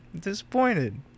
disappointed